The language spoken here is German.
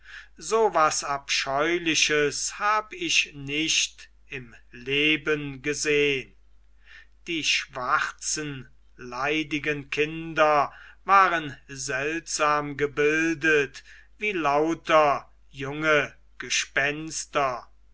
was abscheuliches hab ich nicht im leben gesehn die schwarzen leidigen kinder waren seltsam gebildet wie lauter junge gespenster